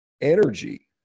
energy